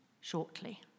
shortly